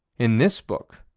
in this book,